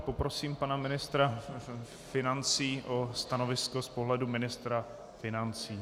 Poprosím pana ministra financí o stanovisko z pohledu ministra financí.